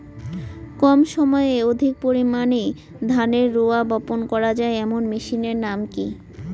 কম সময়ে অধিক পরিমাণে ধানের রোয়া বপন করা য়ায় এমন মেশিনের নাম কি?